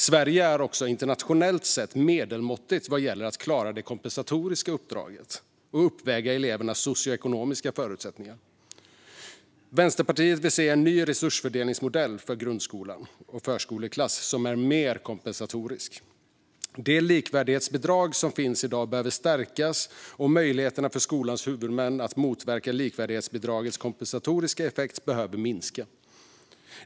Sverige är också internationellt sett medelmåttigt vad gäller att klara det kompensatoriska uppdraget och uppväga elevernas socioekonomiska förutsättningar. Vänsterpartiet vill se en ny resursfördelningsmodell för grundskolan och förskoleklass som är mer kompensatorisk. Det likvärdighetsbidrag som finns i dag behöver stärkas, och möjligheterna för skolans huvudmän att motverka likvärdighetsbidragets kompensatoriska effekt behöver minska.